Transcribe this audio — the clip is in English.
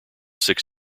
six